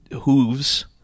hooves